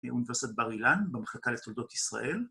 ‫באוניברסיטת בר אילן, ‫במחקה לתולדות ישראל.